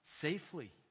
safely